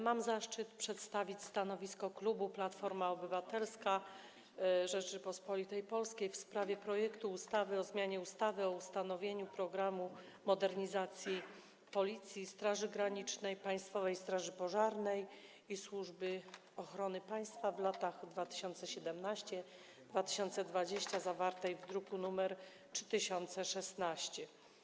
Mam zaszczyt przedstawić stanowisko klubu Platforma Obywatelska Rzeczypospolitej Polskiej w sprawie projektu ustawy o zmianie ustawy o ustanowieniu „Programu modernizacji Policji, Straży Granicznej, Państwowej Straży Pożarnej i Służby Ochrony Państwa w latach 2017-2020”, druk nr 3016.